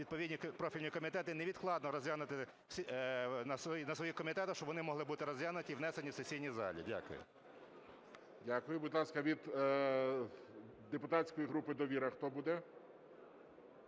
відповідні профільні комітети невідкладно розглянути на своїх комітетах, щоб вони могли бути розглянуті і внесені в сесійній залі. Дякую. ГОЛОВУЮЧИЙ. Дякую. Будь ласка, від депутатської групи "Довіра" хто буде?